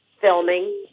filming